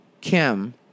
Kim